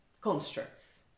Constructs